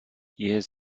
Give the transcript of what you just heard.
years